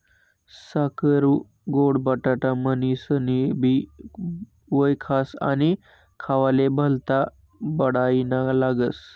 साकरु गोड बटाटा म्हनीनसनबी वयखास आणि खावाले भल्ता बडाईना लागस